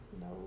No